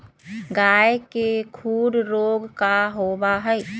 गाय के खुर रोग का होबा हई?